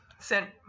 sent